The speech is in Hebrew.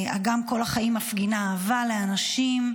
אגם כל החיים מפגינה אהבה לאנשים,